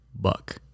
Buck